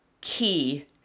key